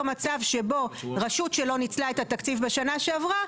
מצב שבו רשות שלא ניצלה את התקציב בשנה שעברה,